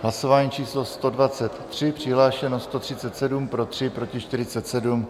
Hlasování číslo 123, přihlášeno 137, pro 3, proti 47.